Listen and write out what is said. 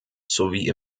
sowie